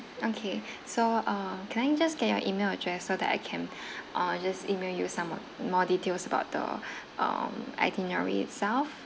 okay so uh can I just get your email address so that I can uh just email you some more more details about the um itinerary itself